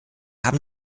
haben